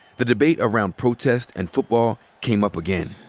the debate around protest and football came up again.